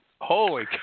Holy